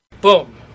Boom